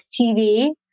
TV